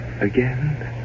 again